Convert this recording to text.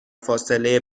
فاصله